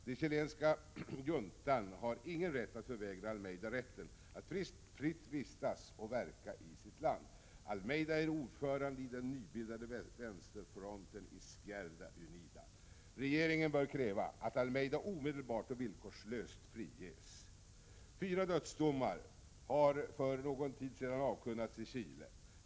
Den chilenska juntan har ingen rätt att förvägra Almeyda rätten att fritt vistas och verka i sitt land. Almeyda är ordförande i den nybildade vänsterfronten Izquierda Unida. Regeringen bör kräva att Almeyda omedelbart och villkorslöst friges. Fyra dödsdomar har för någon tid sedan avkunnats i Chile.